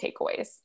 takeaways